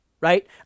right